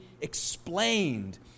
explained